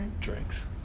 drinks